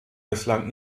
bislang